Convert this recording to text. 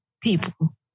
people